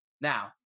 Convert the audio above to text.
Now